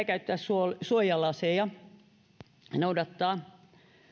käyttää suojalaseja ja noudattaa